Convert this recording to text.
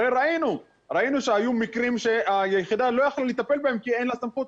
הרי ראינו שהיו מקרים שהיחידה לא יכלה לטפל בהם כי אין לה סמכות,